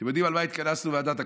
אתם יודעים על מה התכנסנו בוועדת הכנסת?